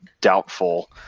doubtful